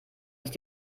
sich